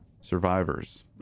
survivors